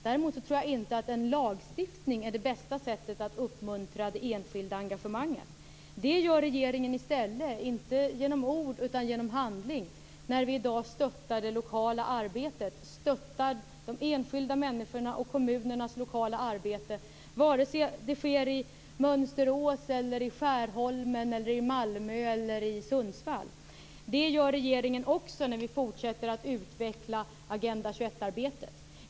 Däremot tror jag inte att en lagstiftning är det bästa sättet att uppmuntra den enskilda engagemanget. Det gör regeringen i stället genom handling och inte genom ord när vi i dag stöttar det lokala arbetet. Vi stöttar de enskilda människorna och kommunernas lokala arbete vare sig det sker i Mönsterås, i Skärholmen, i Malmö eller i Sundsvall. Det gör regeringen också när vi fortsätter att utveckla Agenda 21-arbetet.